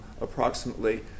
approximately